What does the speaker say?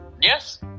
yes